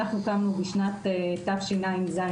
אנחנו קמנו בשנת תשע"ז-תשע"ח.